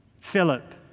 Philip